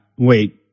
Wait